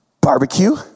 barbecue